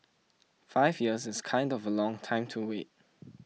five years is kind of a long time to wait